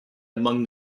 among